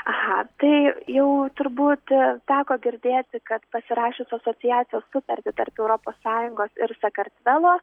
aha tai jau turbūt teko girdėti kad pasirašius asociacijos sutartį tarp europos sąjungos ir sakartvelo